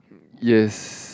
yes